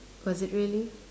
was it really